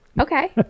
Okay